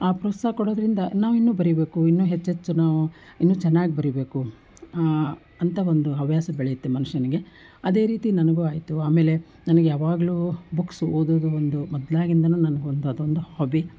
ಆ ಪ್ರೋತ್ಸಾಹ ಕೊಡೋದರಿಂದ ನಾವು ಇನ್ನೂ ಬರಿಬೇಕು ಇನ್ನೂ ಹೆಚ್ಚೆಚ್ಚು ನಾವು ಇನ್ನೂ ಚೆನ್ನಾಗಿ ಬರಿಬೇಕು ಅಂತ ಒಂದು ಹವ್ಯಾಸ ಬೆಳೆಯುತ್ತೆ ಮನುಷ್ಯನಿಗೆ ಅದೇ ರೀತಿ ನನಗೂ ಆಯಿತು ಆಮೇಲೆ ನನಗೆ ಯಾವಾಗಲೂ ಬುಕ್ಸ್ ಓದುವುದು ಒಂದು ಮೊದ್ಲಾಗಿಂದನು ನನಗೊಂದು ಅದೊಂದು ಹಾಬಿ